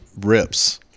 rips